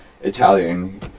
Italian